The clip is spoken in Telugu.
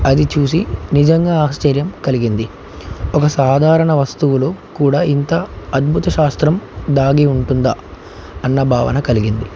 అది చూసి నిజంగా ఆశ్చర్యం కలిగింది ఒక సాధారణ వస్తువులో కూడా ఇంత అద్భుత శాస్త్రం దాగి ఉంటుందా అన్న భావన కలిగింది